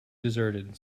deserted